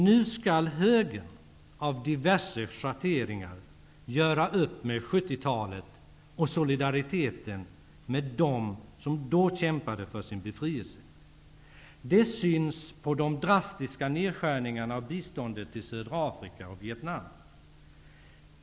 Nu skall högern -- av diverse schatteringar -- göra upp med 70-talet och solidariteten med dem som då kämpade för sin befrielse. Det syns på de drastiska nedskärningarna av biståndet till Södra Afrika och Vietnam.